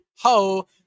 Ho